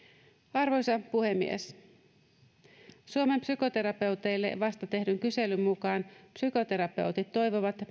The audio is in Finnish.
arvoisa puhemies suomen psykoterapeuteille vasta tehdyn kyselyn mukaan psykoterapeutit toivovat